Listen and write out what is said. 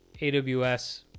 AWS